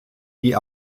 die